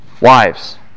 wives